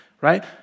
right